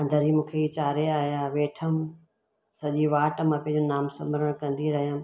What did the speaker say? अंदरु इहे मूंखे चाढ़े आहिया वेठमि सॼी वाट मां पंहिंजी नाम सिमरण कंदी रहियमि